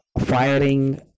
firing